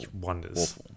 wonders